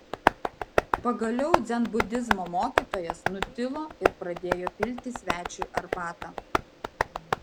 pagaliau dzenbudizmo mokytojas nutilo ir pradėjo pilti svečiui arbatą